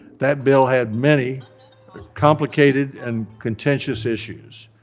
that bill had many complicated and contentious issues.